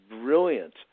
brilliant